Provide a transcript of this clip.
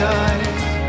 eyes